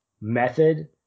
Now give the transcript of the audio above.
method